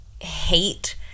hate